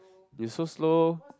they so slow